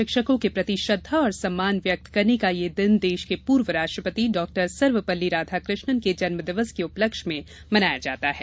शिक्षकों के प्रति श्रद्धा और सम्मान व्यक्त करने का यह दिन देश के पूर्व राष्ट्रपति डॉक्टर सर्वपल्ली राधाकृष्णन के जन्मदिवस के उपलक्ष्य में मनाया जाता है